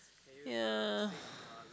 ya